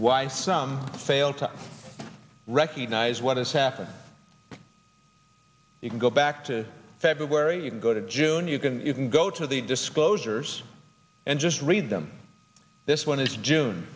why some fail to recognize what has happened you can go back to february you can go to june you can you can go to the disclosures and just read them this one is june